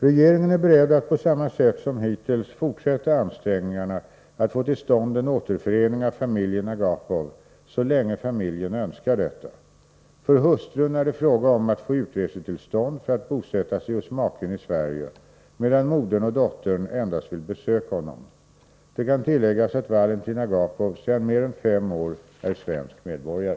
Regeringen är beredd att på samma sätt som hittills fortsätta ansträngningarna att få till stånd en återförening av familjen Agapov så länge familjen önskar detta. För hustrun är det fråga om att få utresetillstånd för att bosätta sig hos maken i Sverige, medan modern och dottern endast vill besöka honom. Det kan tilläggas att Valentin Agapov sedan mer än fem år är svensk medborgare.